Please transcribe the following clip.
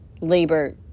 labor